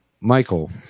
michael